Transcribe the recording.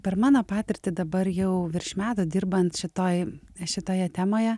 per mano patirtį dabar jau virš metų dirbant šitoj šitoje temoje